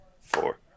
four